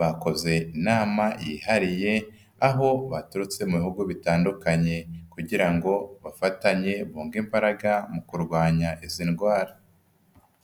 Bakoze inama yihariye, aho baturutse mu bihugu bitandukanye, kugira ngo bafatanye, bunge imbaraga mu kurwanya izi ndwara.